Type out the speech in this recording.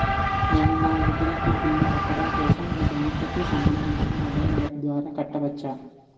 నేను నా utility bills కట్టడం కోసం మీ బ్యాంక్ కి సంబందించిన మొబైల్ అప్స్ ద్వారా కట్టవచ్చా?